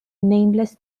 nameless